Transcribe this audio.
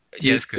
Yes